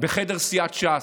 בחדר סיעת ש"ס,